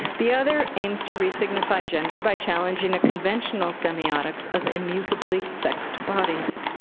the other aims to resignify gender by challenging the conventional semiotics of immutably sexed bodies.